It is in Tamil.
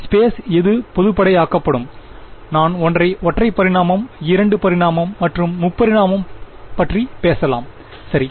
ஸ்பேசில் எது பொதுப்படை ஆக்கப்படும் நான் ஒற்றை பரிமாணம் இரண்டு பரிமாணம் மற்றும் முப்பரிமாணம் பற்றி பேசலாம் சரி